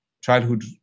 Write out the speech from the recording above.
childhood